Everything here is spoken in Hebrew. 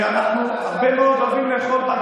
שאנחנו הרבה מאוד אוהבים לאכול בה,